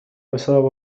بسبب